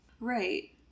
Right